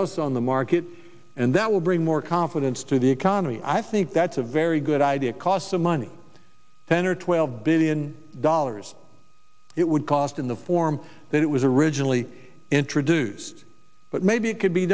else on the market and that will bring more confidence to the economy i think that's a very good idea because the money ten or twelve billion dollars it would cost in the form that it was originally introduced but maybe it could be